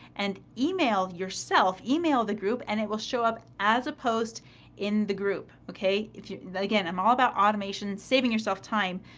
and email yourself, email the group and it will show up as a post in the group, okay? if you. again, i'm all about automation. saving yourself time.